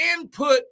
input